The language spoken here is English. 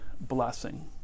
blessing